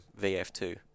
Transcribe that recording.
VF2